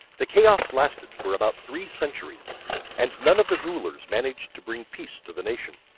the chaos lasted for about three centuries and none of the rulers managed to bring peace to the nation.